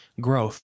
growth